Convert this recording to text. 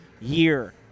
year